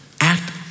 act